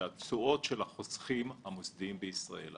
שהתשואות של החוסכים המוסדיים בישראל,